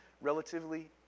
relatively